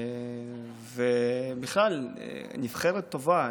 ובכלל נבחרת טובה,